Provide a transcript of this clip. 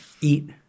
eat –